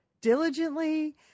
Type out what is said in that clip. diligently